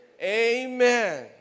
Amen